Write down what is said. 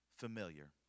familiar